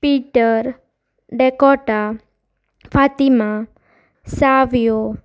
Peter डडेकोटा फातिमा सावयो